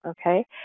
Okay